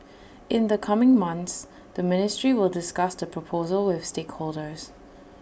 in the coming months the ministry will discuss the proposal with stakeholders